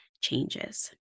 changes